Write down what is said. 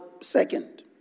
second